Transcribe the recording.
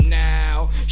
now